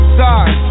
sorry